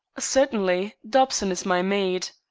certainly. dobson is my maid.